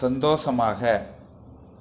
சந்தோஷமாக